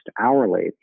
hourly